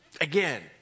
Again